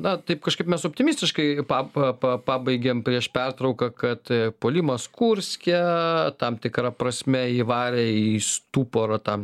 na taip kažkaip mes optimistiškai pa pa pa pabaigėm prieš pertrauką kad puolimas kurske tam tikra prasme įvarė į stuporą tam